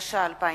6), התש"ע 2010,